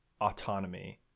autonomy